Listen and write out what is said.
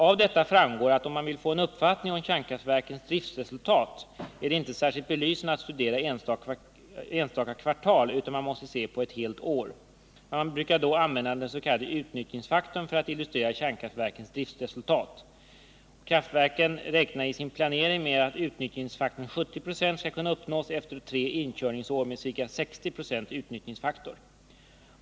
Av detta framgår att om man vill få en uppfattning om kärnkraftverkens driftresultat är det inte särskilt belysande att studera enstaka kvartal, utan man måste se på ett helt år. Man brukar då använda den s.k. utnyttjningsfaktorn för att illustrera kärnkraftverkens driftresultat. Kraftverken räknar i sin planering med att utnyttjningsfaktorn 70 96 skall kunna uppnås efter tre inkörningsår med ca 60 96 utnyttjningsfaktor.